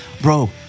Bro